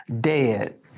dead